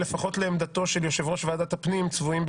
אבל הוא נתן את הסכמתו להעביר את זה לוועדת הפנים והגנת הסביבה,